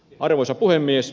arvoisa puhemies